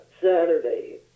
Saturday